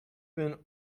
been